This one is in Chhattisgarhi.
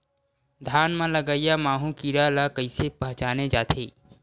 धान म लगईया माहु कीरा ल कइसे पहचाने जाथे?